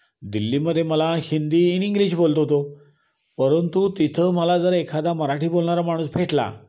दिल्लीमध्ये मला हिंदी आणि इंग्लिश बोलत होतो परंतु तिथं मला जर एखादा मराठी बोलणारा माणूस भेटला